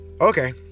okay